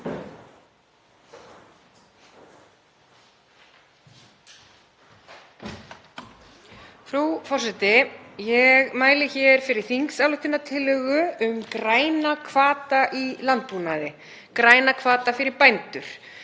Frú forseti. Ég mæli hér fyrir þingsályktunartillögu um græna hvata í landbúnaði, græna hvata fyrir bændur.